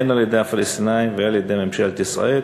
הן על-ידי הפלסטינים והן על-ידי ממשלת ישראל,